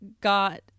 got